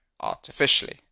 artificially